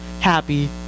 happy